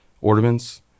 ornaments